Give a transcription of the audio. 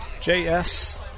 JS